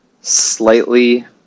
slightly